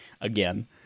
again